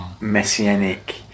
messianic